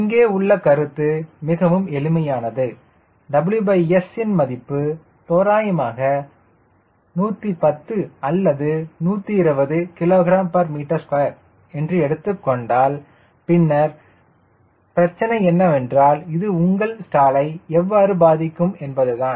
இங்கே உள்ள கருத்து மிகவும் எளிமையானது WS ன் மதிப்பு தோராயமாக 110 அல்லது 120 kgm2 எடுத்துக்கொண்டால் பின்னர் பிரச்சனை என்னவென்றால் இது உங்கள் ஸ்டாலை எவ்வாறு பாதிக்கும் என்பதுதான்